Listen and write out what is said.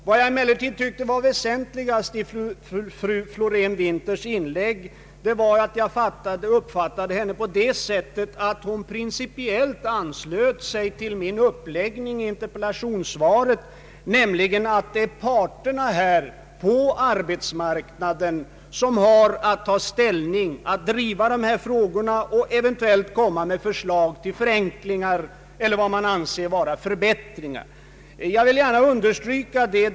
Jag faan emellertid väsentligast i fru Fiorén-Winthers inlägg att hon — såvitt jag uppfattade — principiellt anslöt sig till min uppläggning i interpellationssvaret, nämligen att det är parterna på arbetsmarknaden som har att driva dessa frågor och eventuellt lägga fram förslag till förenklingar eller förbättringar. Jag vill gärna understryka detta.